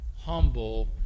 humble